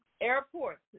Airports